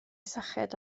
syched